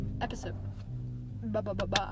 episode